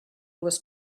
was